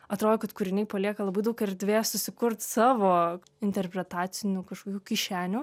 atrodo kad kūriniai palieka labai daug erdvės susikurt savo interpretacinių kažkokių kišenių